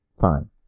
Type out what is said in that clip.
Fine